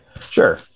Sure